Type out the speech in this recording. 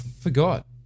forgot